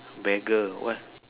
beggar what